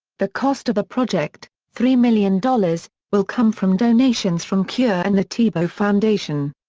the cost of the project, three million dollars, will come from donations from cure and the tebow foundation.